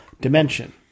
dimension